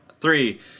three